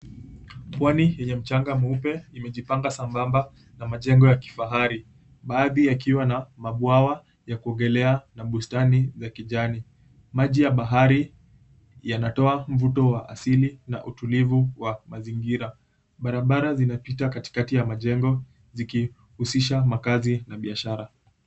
Pwani yenye mchanga mweupe imejipanga sambamba na majengo ya kifahari. Baadhi yakiwa na mabwawa ya kuogelea, na bustani za kijani. Maji ya bahari yanatoa mvuto wa asili, na utulivu wa mazingira. Barabara zinapita katikati ya majengo, zikihusisha makazi na biashara.